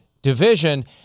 division